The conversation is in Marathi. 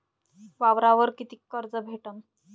वावरावर कितीक कर्ज भेटन?